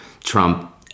Trump